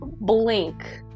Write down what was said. Blink